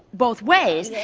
both ways?